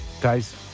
Guys